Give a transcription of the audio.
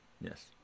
Yes